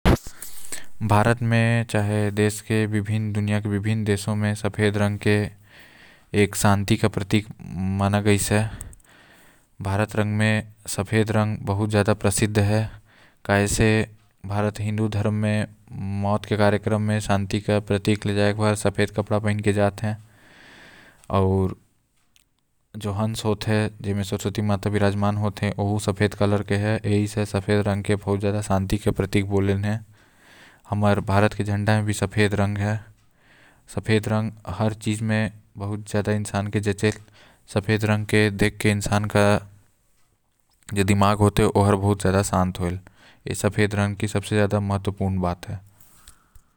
भारत म आऊ दुनिया भर म जो सफेद रंग होएल ओला शांति के प्रतीक माने गाइस है। आऊ साथ ही म भारत के जो झंडा हे यानि की तिरंगा उमा सफेद रंग शांति के ही प्रतीक है।